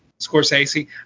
Scorsese